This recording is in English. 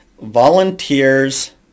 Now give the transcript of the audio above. volunteers